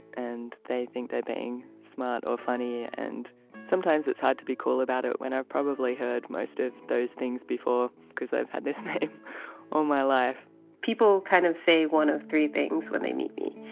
and they think they're being smart or funny and sometimes it's hard to be cool about it when i've probably heard most of those things before, because i've had this name all my life people kind of say one of three things when they meet me.